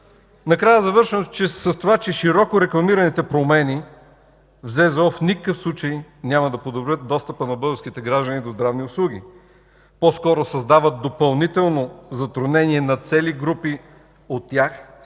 Накрая завършвам с това, че широко рекламираните промени в Закона за здравното осигуряване в никакъв случай няма да подобрят достъпа на българските граждани до здравни услуги – по-скоро създават допълнително затруднение на цели групи от тях.